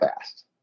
fast